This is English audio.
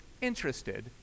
interested